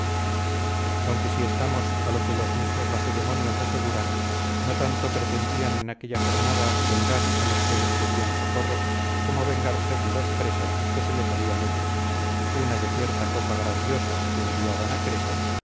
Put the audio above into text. aunque si estamos a lo que los mismos lacedemonios aseguran no tanto pretendían en aquella jornada vengar a los que les pedían socorro como vengarse de dos presas que se les habían hecho una de cierta copa grandiosa que enviaban a creso